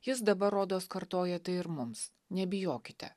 jis dabar rodos kartoja tai ir mums nebijokite